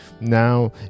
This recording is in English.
Now